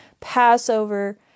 Passover